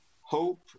hope